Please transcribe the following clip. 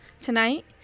Tonight